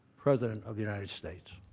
president of the united states.